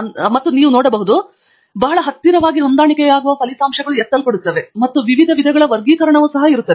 ಎಂದು ನೀವು ನೋಡಬಹುದು ಇದರರ್ಥ ಬಹಳ ಹತ್ತಿರವಾಗಿ ಹೊಂದಾಣಿಕೆಯಾಗುವ ಫಲಿತಾಂಶಗಳು ಎತ್ತಲ್ಪಡುತ್ತವೆ ಮತ್ತು ವಿವಿಧ ವಿಧಗಳ ವರ್ಗೀಕರಣವೂ ಸಹ ಇರುತ್ತದೆ